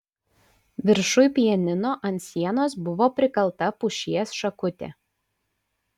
viršuj pianino ant sienos buvo prikalta pušies šakutė